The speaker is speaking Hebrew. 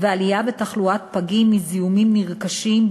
ועלייה בתחלואת פגים מזיהומים נרכשים,